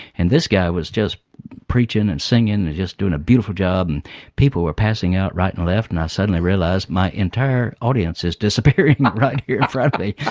and this guy was just preaching and singing and just doing a beautiful job and people were passing out right and left and i suddenly realise my entire audience is disappearing right here in front of me.